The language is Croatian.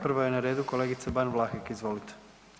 Prva je na redu kolegica Ban Vlahek, izvolite.